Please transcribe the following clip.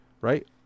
right